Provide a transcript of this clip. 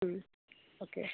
okay